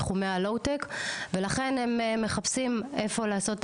בתחומי ה- LOWTECולכן הם מחפשים איפה לעשות את